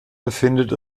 befindet